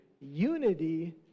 unity